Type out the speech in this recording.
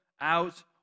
out